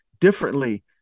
differently